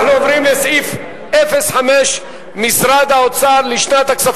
אם כן, רבותי, סעיף 04, משרד ראש הממשלה,